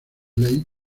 ley